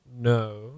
no